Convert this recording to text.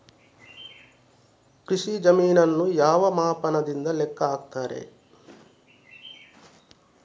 ಕೃಷಿ ಜಮೀನನ್ನು ಯಾವ ಮಾಪನದಿಂದ ಲೆಕ್ಕ ಹಾಕ್ತರೆ?